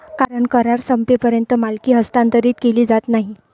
कारण करार संपेपर्यंत मालकी हस्तांतरित केली जात नाही